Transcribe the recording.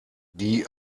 die